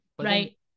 Right